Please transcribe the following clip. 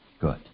good